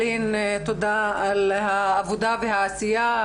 אלין, תודה על העבודה והעשייה.